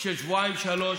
של שבועיים-שלושה,